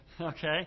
Okay